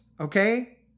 okay